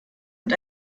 mit